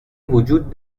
وجود